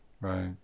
Right